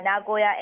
Nagoya